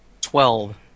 Twelve